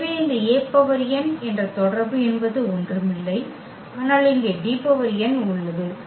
எனவே இந்த An என்ற தொடர்பு என்பது ஒன்றுமில்லை ஆனால் இங்கே Dn உள்ளது